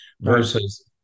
versus